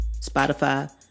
Spotify